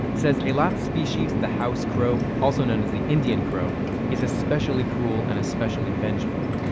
says eilat's species, the house crow also known as the indian crow is especially cruel and especially vengeful.